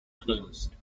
closed